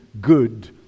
good